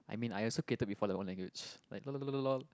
I mean I also created before like one language like lol